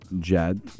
Jad